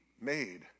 made